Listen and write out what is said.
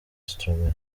stromae